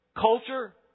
culture